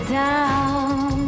down